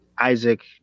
Isaac